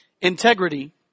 Integrity